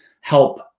help